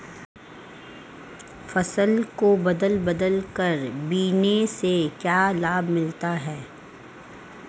फसल को बदल बदल कर बोने से क्या लाभ मिलता है?